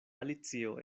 alicio